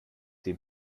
dem